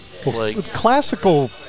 Classical